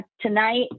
tonight